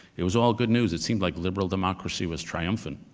it was all good news. it seemed like liberal democracy was triumphant,